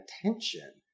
attention